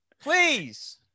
please